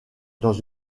dans